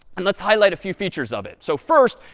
and let's highlight a few features of it. so first,